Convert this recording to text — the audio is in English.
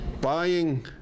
buying